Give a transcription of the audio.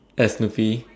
as Smurfy